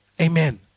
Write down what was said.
Amen